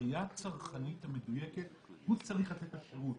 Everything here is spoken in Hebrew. בראייה הצרכנית המדויקת, הוא צריך לתת את השירות.